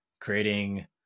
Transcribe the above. creating